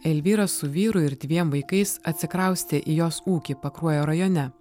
elvyra su vyru ir dviem vaikais atsikraustė į jos ūkį pakruojo rajone